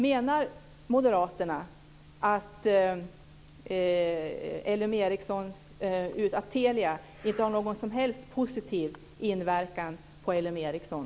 Menar moderaterna att Telia inte har någon som helst positiv inverkan på Ericsson?